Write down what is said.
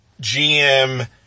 GM